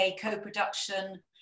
co-production